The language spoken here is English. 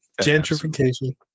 Gentrification